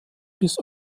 bis